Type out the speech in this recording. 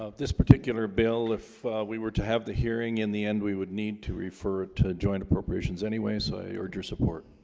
ah this particular bill if we were to have the hearing in the end we would need to refer to joint appropriations anyways so your drew support